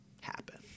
happen